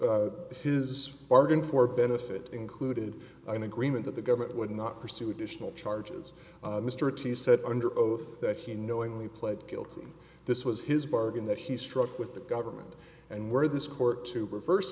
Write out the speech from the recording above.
his bargain for benefit included an agreement that the government would not pursue additional charges mr t said under oath that he knowingly pled guilty this was his bargain that he struck with the government and where this court to reverse